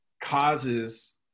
causes